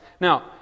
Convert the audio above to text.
Now